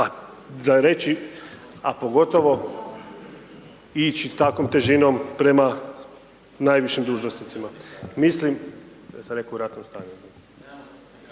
a pogotovo ići takvom težinom prema najvišim dužnosnicima. Mislim, ja sam rekao u ratnom stanju,